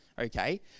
okay